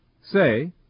say